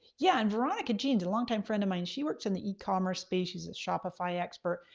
yeah and veronica jeans a longtime friend of mine, she works in the e-commerce space, she's a shopify expert.